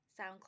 SoundCloud